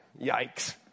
Yikes